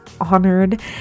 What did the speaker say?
honored